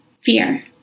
fear